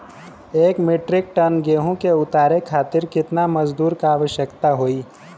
एक metric ton गेहूँ के उतारे खातीर कितना मजदूर क आवश्यकता होई?